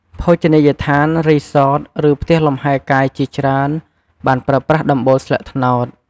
ភោជនីយដ្ឋាន រីសត ឬផ្ទះលំហែកាយជាច្រើនបានប្រើប្រាស់ដំបូលស្លឹកត្នោត។